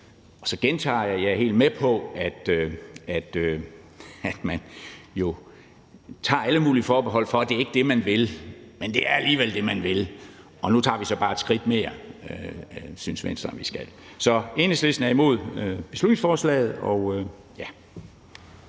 Og så gentager jeg: Jeg er helt med på, at man jo tager alle mulige forbehold for, at det ikke er det, man vil. Men det er alligevel det, man vil, og nu tager vi så bare et skridt mere. Det synes Venstre vi skal. Enhedslisten er imod beslutningsforslaget.